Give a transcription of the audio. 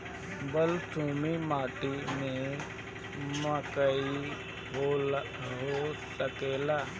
बलसूमी माटी में मकई हो सकेला?